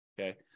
okay